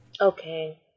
Okay